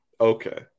okay